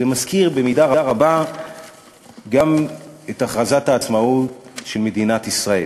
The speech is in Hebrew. זה מזכיר במידה רבה גם את הכרזת העצמאות של מדינת ישראל.